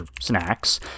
snacks